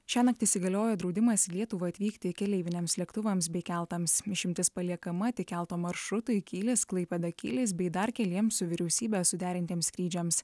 šiąnakt įsigalioja draudimas į lietuvą atvykti keleiviniams lėktuvams bei keltams išimtis paliekama tik kelto maršrutui kylis klaipėda kylis bei dar keliems su vyriausybe suderintiems skrydžiams